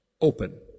open